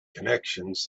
connections